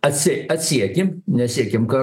atsie atsiekim nesiekim kar